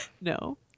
No